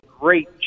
great